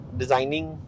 designing